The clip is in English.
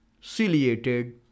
ciliated